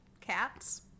Cats